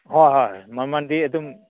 ꯍꯣꯏ ꯍꯣꯏ ꯃꯃꯟꯗꯤ ꯑꯗꯨꯝ